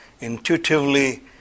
intuitively